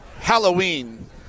halloween